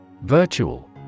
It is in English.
Virtual